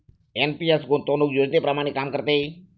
NPS गुंतवणूक योजनेप्रमाणे काम करते